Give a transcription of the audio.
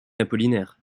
apollinaire